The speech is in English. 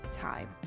time